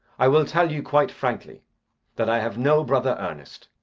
i will tell you quite frankly that i have no brother ernest.